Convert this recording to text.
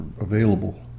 available